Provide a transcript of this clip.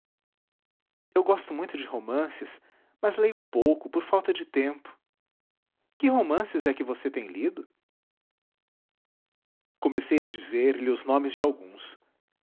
eu gosto muito de romances mas leio pouco por falta de tempo que romances é que você tem lido comecei a dizer-lhe os nomes de alguns